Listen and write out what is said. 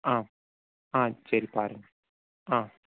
ஆ ஆ சரி பாருங்கள் ஆ